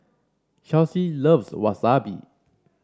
Chelsea loves Wasabi